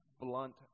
blunt